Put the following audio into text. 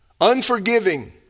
unforgiving